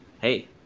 Hey